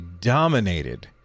dominated